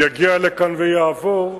יגיע לכאן ויעבור,